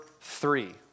three